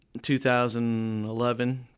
2011